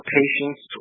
patients